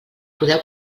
podeu